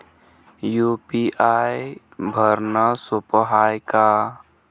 UPI भरनं सोप हाय का?